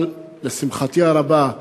אבל לשמחתי הרבה,